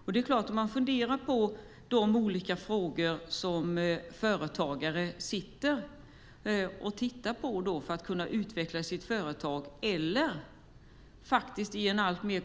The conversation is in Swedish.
Man kan undra hur de företagare som vill utveckla sina företag ska kunna tillgodogöra sig det. I en alltmer